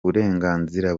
burenganzira